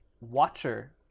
WATCHER